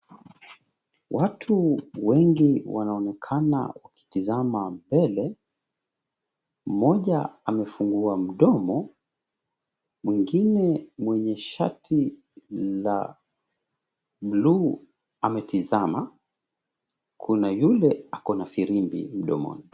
Watu wengi wanaonekana wakitazama mbele mmoja amefungua mdomo. Mwingine mwenye shati la buluu ametizama kuna yule ako na firimbi mdomoni.